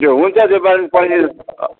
ए हुन्छ त्यो